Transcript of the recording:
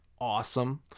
Awesome